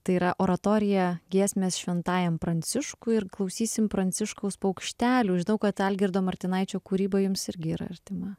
tai yra oratorija giesmės šventajam pranciškui ir klausysim pranciškaus paukštelių žinau kad algirdo martinaičio kūryba jums irgi yra artima